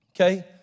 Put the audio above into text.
okay